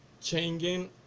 changing